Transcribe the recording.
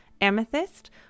Amethyst